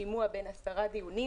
שימוע בן 10 דיונים,